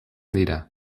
dira